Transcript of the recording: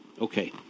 Okay